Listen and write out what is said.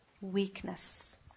weakness